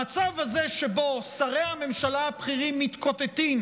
המצב הזה שבו שרי הממשלה הבכירים מתקוטטים